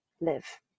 live